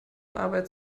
arbeit